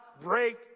break